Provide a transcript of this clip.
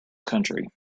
country